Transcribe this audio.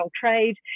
trade